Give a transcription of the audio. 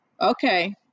Okay